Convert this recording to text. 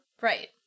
Right